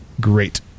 great